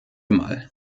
mal